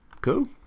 cool